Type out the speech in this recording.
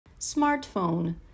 Smartphone